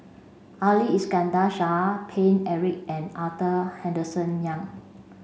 Ali Iskandar Shah Paine Eric and Arthur Henderson Young